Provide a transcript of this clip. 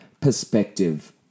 perspective